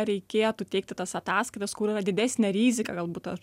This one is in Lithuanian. reikėtų teikti tas ataskaitas kur yra didesnė rizika galbūt ta